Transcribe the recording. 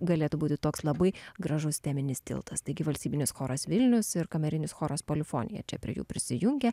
galėtų būti toks labai gražus teminis tiltas taigi valstybinis choras vilnius ir kamerinis choras polifonija čia prie jų prisijungia